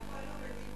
אני הייתי בדימונה.